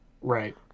Right